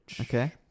Okay